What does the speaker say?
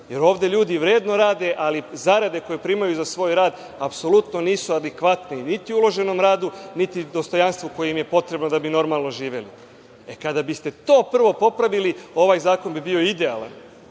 rad. Ovde ljudi vredno rade ali zarade koje primaju za svoj rad, apsolutno nisu adekvatni, niti uloženom radu, niti dostojanstvu koje im je potrebno da bi normalno živeli. Kada biste to prvo popravili, ovaj zakon bi bio idealan,